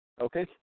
Okay